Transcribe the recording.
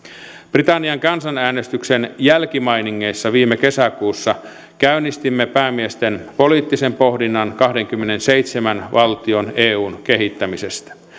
britannian kansanäänestyksen jälkimainingeissa viime kesäkuussa käynnistimme päämiesten poliittisen pohdinnan kahdenkymmenenseitsemän valtion eun kehittämisestä